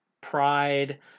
pride